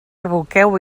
aboqueu